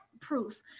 proof